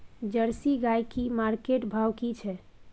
Jersey गाय की market भाव की छै?